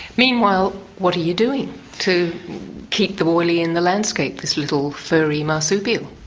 meanwhile what are you doing to keep the woylie in the landscape, this little fairy marsupial?